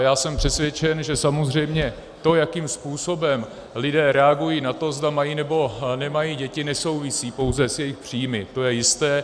Já jsem přesvědčen, že samozřejmě to, jakým způsobem lidé reagují na to, zda mají, nebo nemají děti, nesouvisí pouze s jejich příjmy, to je jisté.